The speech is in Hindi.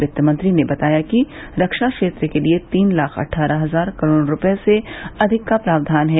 वित्तमंत्री ने बताया कि रक्षा क्षेत्र के लिए तीन लाख अट्ठारह हजार करोड़ रूपये से अधिक का प्रावधान है